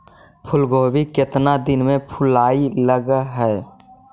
फुलगोभी केतना दिन में फुलाइ लग है?